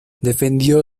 defendió